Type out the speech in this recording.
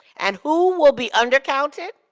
and who will be under counted?